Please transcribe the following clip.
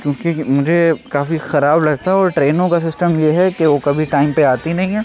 کیونکہ مجھے کافی خراب لگتا ہے اور ٹرینوں کا سسٹم یہ ہے کہ وہ کبھی ٹائم پہ آتی نہیں ہیں